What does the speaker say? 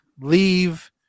leave